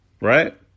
right